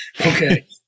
Okay